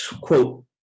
quote